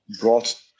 brought